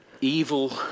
evil